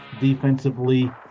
defensively